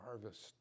harvest